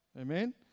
Amen